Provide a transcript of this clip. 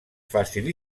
fàcil